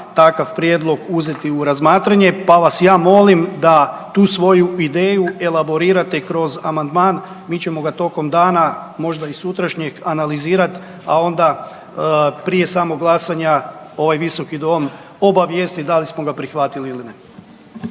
takav prijedlog uzeti u razmatranje, pa vas ja molim da tu svoju ideju elaborirate kroz amandman, mi ćemo ga tokom dana, možda i sutrašnjeg, analizirat, a onda prije samog glasanja ovaj visoki dom obavijestit da li smo ga prihvatili ili ne.